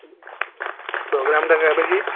ପୋଗ୍ରାମଟା କେବେ କି